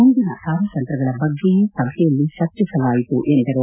ಮುಂದಿನ ಕಾರ್ಯತಂತ್ರಗಳ ಬಗ್ಗೆಯೂ ಸಭೆಯಲ್ಲಿ ಚರ್ಚಿಸಲಾಯಿತು ಎಂದರು